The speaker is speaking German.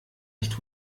nicht